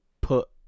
put